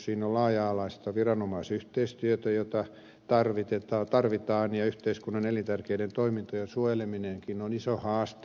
siinä on laaja alaista viranomaisyhteistyötä jota tarvitaan ja yhteiskunnan elintärkeiden toimintojen suojeleminenkin on iso haaste